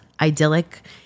idyllic